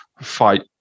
fight